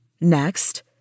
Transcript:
Next